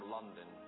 London